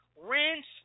rinse